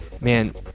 man